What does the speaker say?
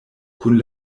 kun